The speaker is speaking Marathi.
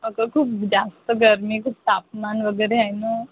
अगं खूप जास्त गर्मी खूप तापमान वगैरे आहे ना